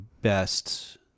best